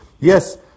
Yes